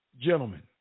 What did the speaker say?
Gentlemen